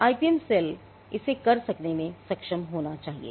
IPM cell इसे कर सकने में सक्षम होना चाहिए